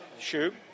shoe